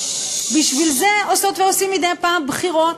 בשביל זה עושות ועושים מדי פעם בחירות,